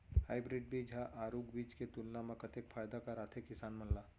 Hybrid बीज हा आरूग बीज के तुलना मा कतेक फायदा कराथे किसान मन ला?